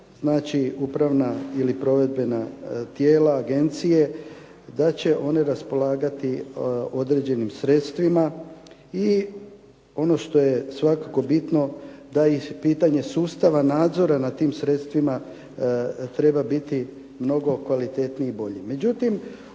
znači upravna ili provedbena tijela agencije, da će one raspolagati određenim sredstvima. I ono što je svakako bitno da i pitanje sustava, nadzora nad tim sredstvima treba biti mnogo kvalitetniji i bolji.